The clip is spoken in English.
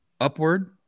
upward